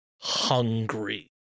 hungry